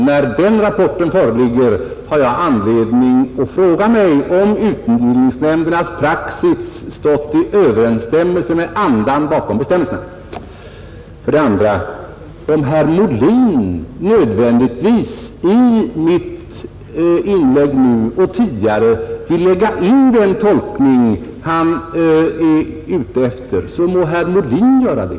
När denna rapport föreligger, har jag anledning att fråga mig om utbildningsnämndernas praxis har stått i överensstämmelse med andan bakom bestämmelserna. Om herr Molin nödvändigtvis i mina inlägg nu och tidigare vill lägga in den tolkning han synes vara ute efter, må herr Molin göra det.